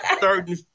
Certain